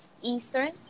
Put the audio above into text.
Eastern